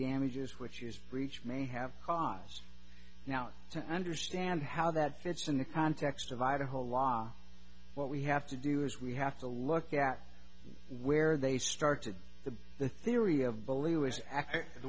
damages which is breach may have cause now to understand how that fits in the context of idaho law what we have to do is we have to look at where they started the the theory of believe is accurate a